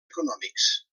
econòmics